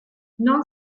non